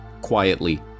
quietly